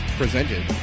presented